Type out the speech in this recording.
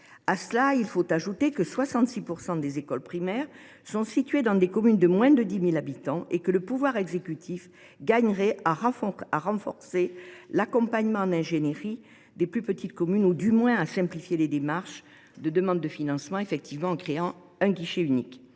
en outre de rappeler que 66 % des écoles primaires sont situées dans des communes de moins de 10 000 habitants. Le pouvoir exécutif gagnerait à renforcer l’accompagnement en ingénierie des plus petites communes ou, du moins, à simplifier les démarches de demande de financement en créant un guichet unique.